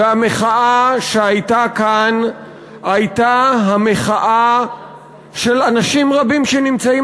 המחאה שהייתה כאן הייתה המחאה של אנשים רבים שנמצאים